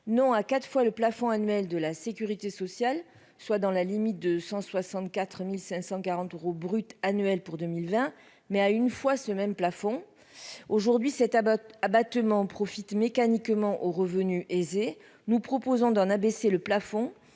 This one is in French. fois la valeur du plafond annuel de la sécurité sociale, soit dans la limite de 164 544 euros brut annuels pour 2020, mais à une fois ce même plafond. À l'heure actuelle, cet abattement profite mécaniquement aux revenus aisés. Nous proposons d'en abaisser le plafond